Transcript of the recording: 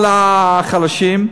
על החלשים,